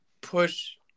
push